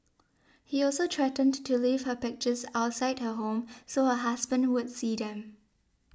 he also threatened to leave her pictures outside her home so her husband would see them